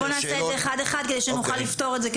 אבל בוא נעשה את זה אחד-אחד כדי שנוכל לפתור את זה,